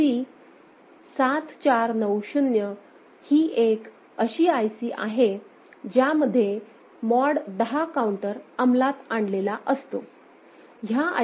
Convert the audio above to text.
I C 7490 ही एक अशी IC आहे ज्यामध्ये मॉड 10 काऊंटर अंमलात आणलेला असतो